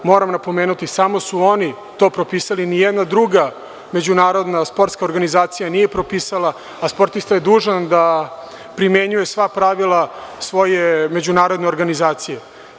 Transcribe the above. Moram napomenuti, samo su oni to propisali, ni jedna druga međunarodna sportska organizacija nije propisala, a sportista je dužan da primenjuje sva pravila svoje međunarodne organizacije.